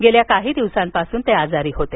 गेल्या काही दिवसांपासून ते आजारी होते